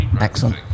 excellent